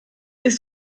ist